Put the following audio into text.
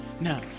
Now